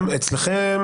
גם אצלכם